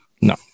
No